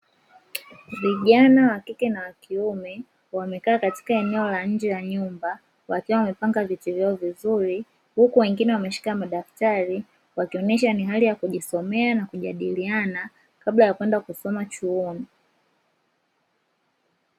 Vijana wakike na wakiume wamekaa katika eneo la nje la nyumba wakiwa wamepanga viti vyao vizuri huku wengine wameshika madaftari wakionyesha ni hali ya kujisomea na kujadiliana kabla ya kwenda kusoma chuoni.